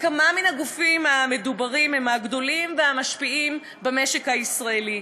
כמה מן הגופים המדוברים הם מהגדולים והמשפיעים במשק הישראלי,